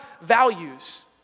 values